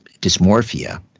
dysmorphia